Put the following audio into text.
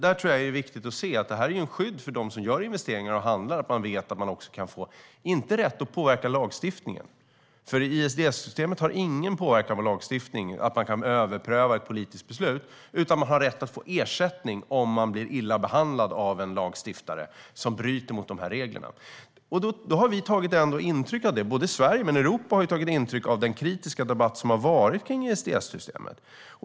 Jag tror att det är viktigt att se att det är ett skydd för dem som gör investeringar och handlar att de vet att de inte har rätt att påverka lagstiftningen, för ISDS-systemet har ingen påverkan på lagstiftning. Man kan inte överpröva ett politiskt beslut, men man har rätt att få ersättning om man blir illa behandlad av en lagstiftare som bryter mot de här reglerna. Både Sverige och Europa har tagit intryck av den kritiska debatt som har varit kring ISDS-systemet.